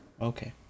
Okay